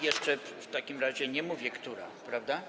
Jeszcze w takim razie nie mówię która, prawda?